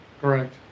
Correct